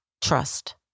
trust